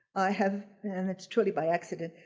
i have and it's truly by accident,